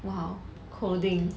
!wow! coding